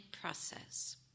process